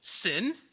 sin